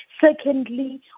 Secondly